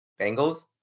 Bengals